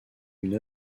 une